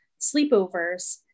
sleepovers